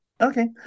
Okay